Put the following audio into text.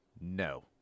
No